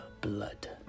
blood